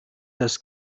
das